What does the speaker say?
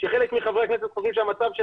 כאשר חלק מחברי הכנסת חושבים שהמצב של